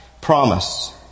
promise